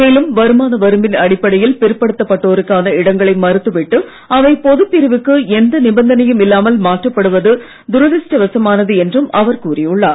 மேலும் வருமான வரம்பின் அடிப்படையில் பிற்படுத்தப் பட்டோருக்கான இடங்களை மறுத்து விட்டு அவை பொதுப்பிரிவுக்கு எந்த நிபந்தனையும் இல்லாமல் மாற்றப்படுவது துரதிருஷ்டவசமானது என்றும் அவர் குறிப்பிட்டுள்ளார்